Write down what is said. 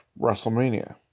WrestleMania